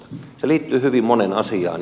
se liittyy hyvin moneen asiaan